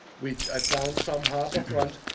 which i found some harbor front,